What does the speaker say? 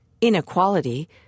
Inequality